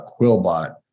Quillbot